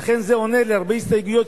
לכן זה עונה על הרבה הסתייגויות,